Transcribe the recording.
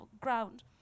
ground